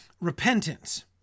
Repentance